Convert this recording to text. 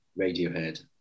Radiohead